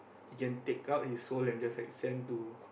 he can take out his soul and just like send to